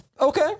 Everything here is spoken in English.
Okay